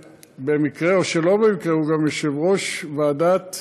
שבמקרה או שלא במקרה הוא גם יושב-ראש ועדת